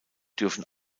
dürfen